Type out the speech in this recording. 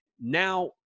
Now